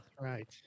Right